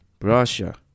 Russia